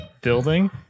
building